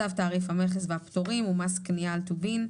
צו תעריף המכס והפטורים ומס קנייה על טובין,